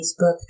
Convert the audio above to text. Facebook